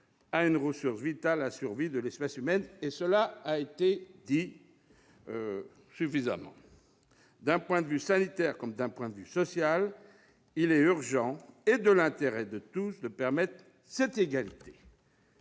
à une ressource vitale à la survie de l'espèce humaine, cela a été suffisamment dit. D'un point de vue tant sanitaire que social, il est urgent et de l'intérêt de tous de permettre cette égalité.